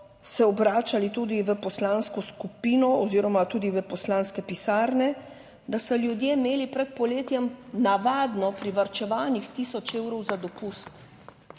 se obračali tudi v poslansko skupino oziroma tudi v poslanske pisarne, da so ljudje imeli pred poletjem navadno privarčevanih tisoč evrov za dopust,